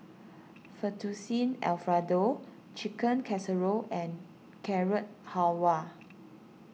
Fettuccine Alfredo Chicken Casserole and Carrot Halwa